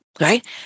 right